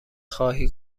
خواهی